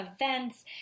events